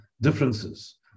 differences